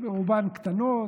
רובן קטנות,